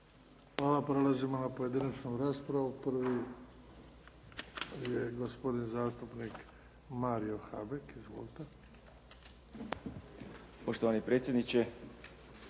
Hvala. Prelazimo na pojedinačnu raspravu. Prvi je gospodin zastupnik Mario Habek. Izvolite. **Habek,